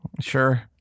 Sure